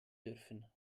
dürfen